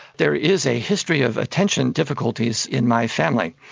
there is a history of attention difficulties in my family.